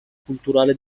culturale